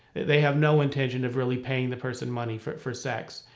that they have no intention of really paying the person money for for sex.